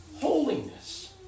holiness